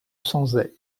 sanzay